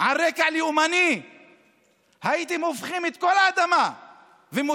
על רקע לאומני הייתם הופכים את כל האדמה ומוצאים